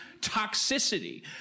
toxicity